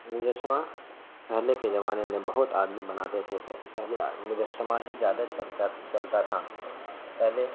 مجسمہ پہلے کے زمانے میں بہت آدمی بناتے تھے پہلے مجسمہ ہی زیادہ چلتا چلتا تھا پہلے